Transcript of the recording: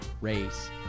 race